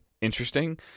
interesting